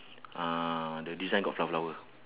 uh the design got flower flower